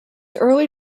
early